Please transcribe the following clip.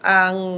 ang